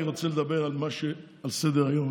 אני רוצה לדבר על מה שעל סדר-היום,